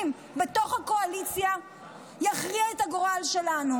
בתוך הקואליציה יכריע את הגורל שלנו,